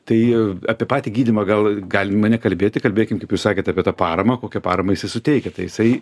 tai apie patį gydymą gal galima nekalbėti kalbėkim kaip jūs sakėt apie tą paramą kokią paramą jisai suteikia tai jisai